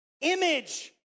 image